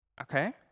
okay